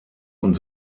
und